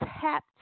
tap